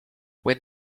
when